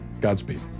Godspeed